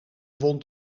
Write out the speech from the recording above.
wond